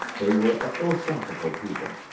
they were a philosophical people.